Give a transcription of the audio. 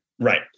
Right